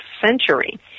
century